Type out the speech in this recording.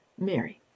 Mary